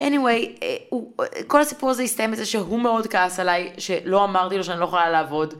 Anyway, כל הסיפור הזה הסתיים בזה שהוא מאוד כעס עליי שלא אמרתי לו שאני לא יכולה לעבוד.